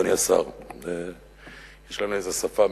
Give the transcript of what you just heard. אדוני השר, יש לנו איזו שפה משותפת,